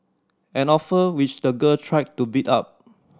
an offer which the girl tried to beat up